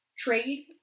Trade